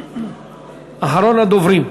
אחרון הדוברים.